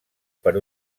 per